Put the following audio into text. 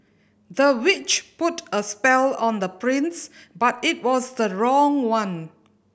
the witch put a spell on the prince but it was the wrong one